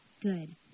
good